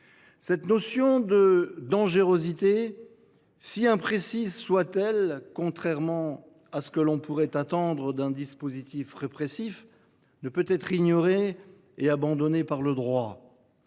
Cette notion de « dangerosité », si imprécise soit elle, contrairement à ce que l’on pourrait attendre d’un dispositif répressif, ne peut être ignorée et abandonnée par le droit.